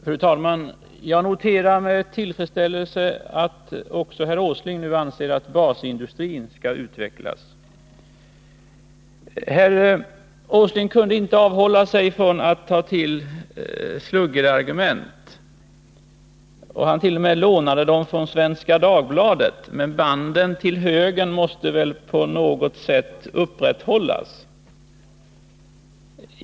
Fru talman! Jag noterar med tillfredsställelse att också herr Åsling anser att basindustrin skall utvecklas. Herr Åsling kunde inte avhålla sig från att ta till sluggerargument. Han t.o.m. lånade dem från Svenska Dagbladet, men banden till högern måste väl på något sätt upprätthållas.